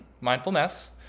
Mindfulness